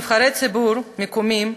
נבחרי הציבור המקומיים,